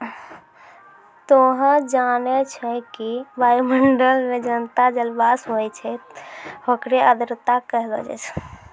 तोहं जानै छौ कि वायुमंडल मं जतना जलवाष्प होय छै होकरे आर्द्रता कहलो जाय छै